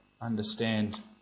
understand